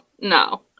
no